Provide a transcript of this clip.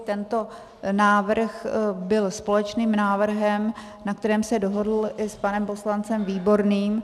Tento návrh byl společným návrhem, na kterém se dohodl i s panem poslancem Výborným.